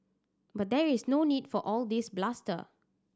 but there is no need for all this bluster